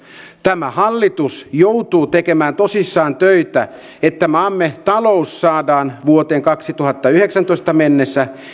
tämä hallitus joutuu tekemään tosissaan töitä että maamme talous saadaan vuoteen kaksituhattayhdeksäntoista mennessä